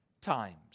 times